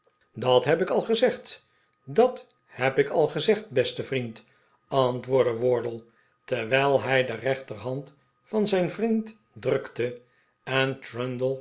dat heb ik al gezegd dat heb ik al gezegd beste vriend antwoordde wardle terwijl hij de rechterhand van zijn vriend drukte en